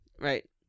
Right